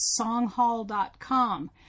songhall.com